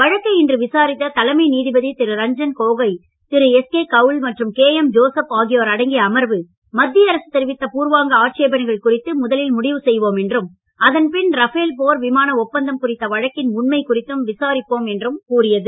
வழக்கை இன்று விசாரித்த தலைமை நீதிபதி திரு ரஞ்ஞன் கோகோய் திரு எஸ்கே கவுல் மற்றும் கேஎம் ஜோசப் ஆகியோர் அடங்கிய அமர்வு மத்திய அரசு தெரிவித்த பூர்வாங்க ஆட்சேபணைகள் குறித்து முதலில் முடிவு செய்வோம் என்றும் அதன் பின் ரபேல் போர் விமான ஒப்பந்தம் குறித்த வழக்கின் உண்மை குறித்தும் விசாரிப்போம் என்றும் கூறியது